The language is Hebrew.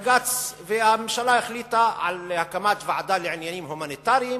והממשלה החליטה על הקמת ועדה לעניינים הומניטריים.